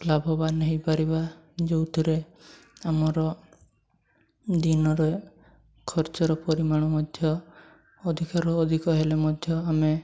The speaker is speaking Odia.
ଲାଭବାନ ହେଇପାରିଵା ଯୋଉଥିରେ ଆମର ଦିନରେ ଖର୍ଚ୍ଚର ପରିମାଣ ମଧ୍ୟ ଅଧିକା ରୁ ଅଧିକା ହେଲେ ମଧ୍ୟ ଆମେ